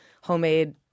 homemade